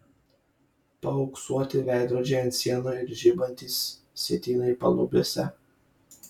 paauksuoti veidrodžiai ant sienų ir žibantys sietynai palubiuose